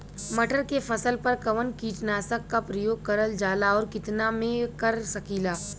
मटर के फसल पर कवन कीटनाशक क प्रयोग करल जाला और कितना में कर सकीला?